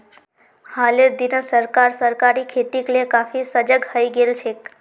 हालेर दिनत सरकार सहकारी खेतीक ले काफी सजग हइ गेल छेक